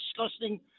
disgusting